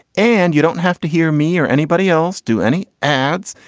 and you don't have to hear me or anybody else do any ads.